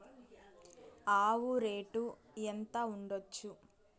ఆవు రేటు ఎంత ఉండచ్చు?